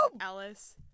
alice